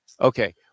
okay